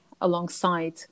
alongside